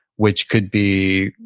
which could be,